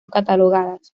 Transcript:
catalogadas